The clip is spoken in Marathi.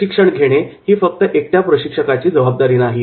प्रशिक्षण घेणे ही फक्त एकट्या प्रशिक्षकाची जबाबदारी नाही